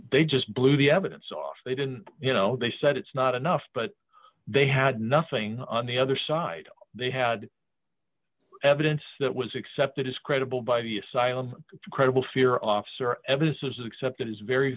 they just blew the evidence off they didn't you know they said it's not enough but they had nothing on the other side they had evidence that was accepted as credible by the asylum credible fear officer evidence is accepted as very